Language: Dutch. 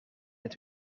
het